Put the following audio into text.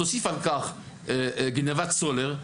תוסיף על כך גניבת סולר,